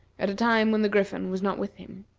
at a time when the griffin was not with him.